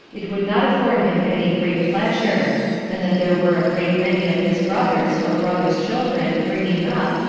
it would not afford him any great pleasure and that there were a great many of his brothers, or brothers' children, bringing up,